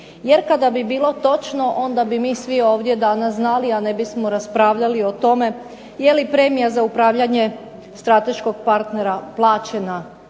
Jer kad bi bilo točno onda bi mi svi ovdje danas znali, a ne bismo raspravljali o tome je li premija za upravljanje strateškog partnera ili